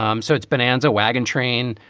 um so it's bonanza wagon train,